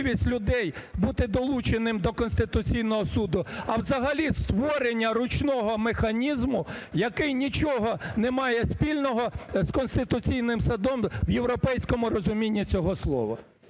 людей бути долученим до Конституційного Суду, а взагалі створення ручного механізму, який нічого не має спільного з Конституційним Судом в європейському розумінні цього слова.